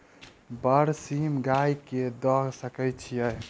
बरसीम गाय कऽ दऽ सकय छीयै?